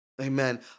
Amen